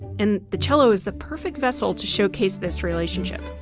and the cello is the perfect vessel to showcase this relationship.